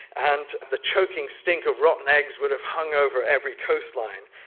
and the choking stink of rotten eggs would have hung over every coastline.